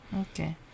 Okay